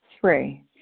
Three